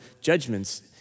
judgments